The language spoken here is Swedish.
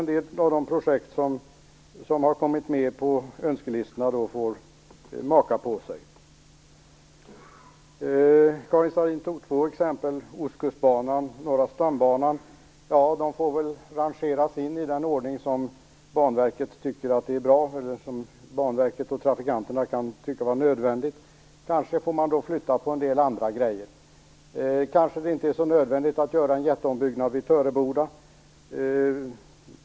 En del av de projekt som har kommit med på önskelistorna får kanske maka på sig då. Karin Starrin tog upp två exempel, Ostkustbanan och Norra stambanan. De får väl rangeras in i den ordning som Banverket och trafikanterna tycker är nödvändigt. Man får kanske flytta på en del andra saker. Det är kanske inte så nödvändigt att göra en jätteombyggnad vid Töreboda.